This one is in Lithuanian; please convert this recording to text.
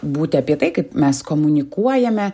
būti apie tai kaip mes komunikuojame